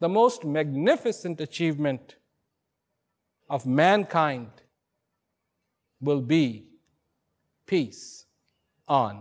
the most magnificent achievement of mankind will be